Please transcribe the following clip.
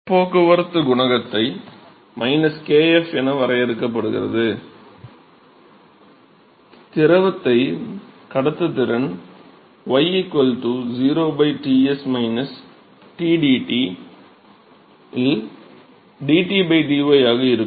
வெப்பப் போக்குவரத்து குணகம் kf என வரையறுக்கப்படுகிறது திரவத்தின் கடத்துத்திறன் y 0 t s t dt இல் d t d y ஆக இருக்கும்